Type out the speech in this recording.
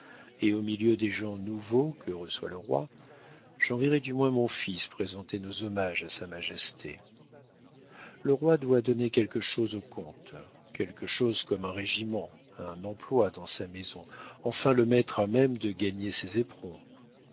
et au milieu des gens nouveaux que reçoit le roi j'enverrais du moins mon fils présenter nos hommages à sa majesté le roi doit donner quelque chose au comte quelque chose comme un régiment un emploi dans sa maison enfin le mettre à même de gagner ses éperons